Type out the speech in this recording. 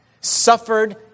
suffered